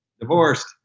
Divorced